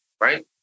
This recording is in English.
Right